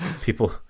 People